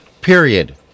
period